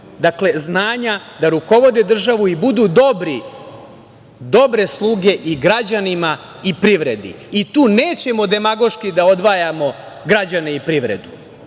dovoljno znanja da rukovode državom i budu dobri, dobre sluge i građanima i privredi. Tu nećemo demagoški da odvajamo građane i privredu. Važna